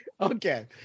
Okay